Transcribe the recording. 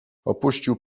opuścił